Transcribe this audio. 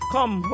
Come